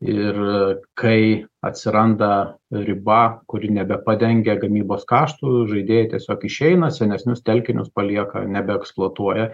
ir kai atsiranda riba kuri nebepadengia gamybos kaštų žaidėjai tiesiog išeina senesnius telkinius palieka nebeeksploatuoja